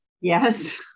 Yes